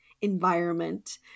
environment